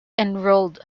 enrolled